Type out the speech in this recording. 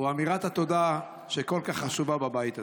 אמירת התודה, שכל כך חשובה בבית הזה.